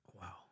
Wow